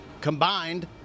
combined